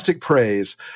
praise